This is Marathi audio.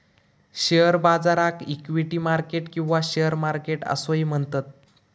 शेअर बाजाराक इक्विटी मार्केट किंवा शेअर मार्केट असोही म्हणतत